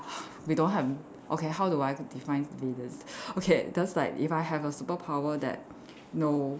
we don't have okay how do I define villains okay just like if I have the superpower that know